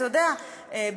אתה יודע,